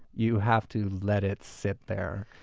you have to let it sit there.